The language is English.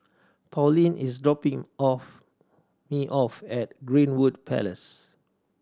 Pauline is dropping off me off at Greenwood Place